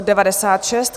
96.